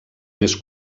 més